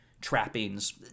trappings